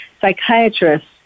psychiatrists